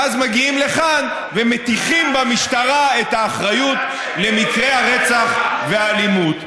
ואז מגיעים לכאן ומטיחים במשטרה את האחריות למקרי הרצח והאלימות.